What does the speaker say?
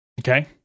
Okay